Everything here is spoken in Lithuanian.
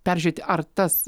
peržiūrėt ar tas